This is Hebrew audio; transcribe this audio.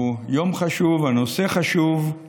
ולא לקבוע ביניכם מי דובר ומתי.